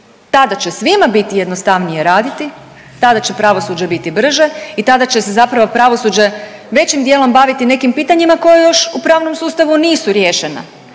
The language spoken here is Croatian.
tada će svima biti jednostavnije raditi, tada će pravosuđe biti brže i tada će se zapravo pravosuđe većim dijelom baviti nekim pitanjima koja još u pravnom sustavu nisu riješena,